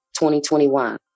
2021